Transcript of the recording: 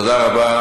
תודה רבה.